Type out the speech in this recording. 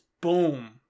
boom